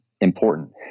important